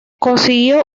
consiguió